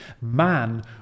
Man